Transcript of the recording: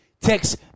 Text